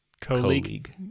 colleague